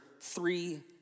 three